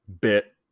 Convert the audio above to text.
Bit